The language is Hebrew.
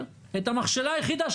אני מדבר על שנת המעבר,